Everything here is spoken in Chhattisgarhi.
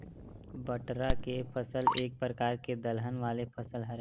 बटरा के फसल एक परकार के दलहन वाले फसल हरय